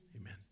Amen